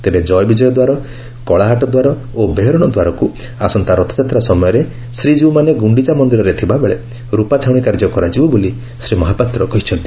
ତେବେ ଜୟବିଜୟ ଦ୍ୱାର କଳାହାଟ ଦ୍ୱାର ଓ ବେହେରଣ ଦ୍ୱାରକୁ ଆସନ୍ତା ରଥଯାତ୍ରା ସମୟରେ ଶ୍ରୀକୀଉମାନେ ଶ୍ରୀଗୁଖିଚା ମନ୍ଦିରରେ ଥିବାବେଳେ ରୂପା ଛାଉଣୀ କାର୍ଯ୍ୟ କରାଯିବା ବୋଲି ଶ୍ରୀ ମହାପାତ୍ର କହିଛନ୍ତି